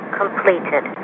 completed